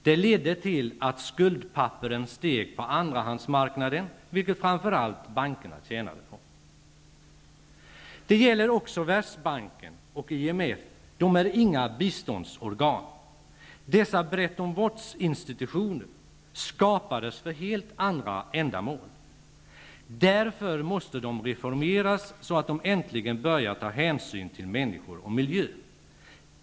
Det ledde till att skuldpapperens värde steg på andrahandsmarknaden, vilket framför allt bankerna tjänade på. Detsamma gäller Världsbanken och IMF -- de är inga biståndsorgan. Dessa Bretton Woodsinstitutioner skapades för helt andra ändamål. Därför måste de reformeras så att de äntligen börjar ta hänsyn till människor och miljö.